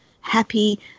happy